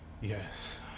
Yes